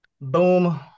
Boom